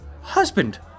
Husband